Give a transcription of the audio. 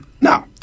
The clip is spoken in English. Now